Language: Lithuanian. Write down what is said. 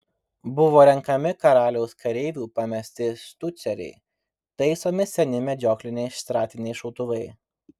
buvo renkami karaliaus kareivių pamesti štuceriai taisomi seni medžiokliniai šratiniai šautuvai